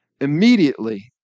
Immediately